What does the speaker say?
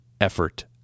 effort